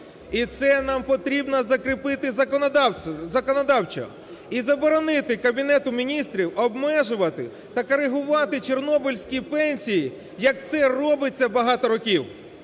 І це нам потрібно закріпити законодавчо. І заборонити Кабінету Міністрів обмежувати та корегувати чорнобильські пенсії, як це робиться багато років.